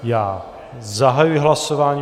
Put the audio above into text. Já zahajuji hlasování.